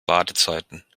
wartezeiten